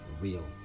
real